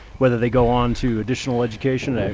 whether they go on to additional education,